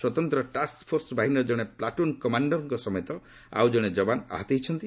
ସ୍ୱତନ୍ତ୍ର task force ବାହିନୀର ଜଣେ ପ୍ଲାଟୁନ୍ କମାଣର୍କ ସମେତ ଆଉ ଜଣେ ଯବାନ ଆହତ ହୋଇଛନ୍ତି